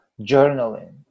journaling